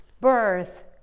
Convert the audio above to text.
birth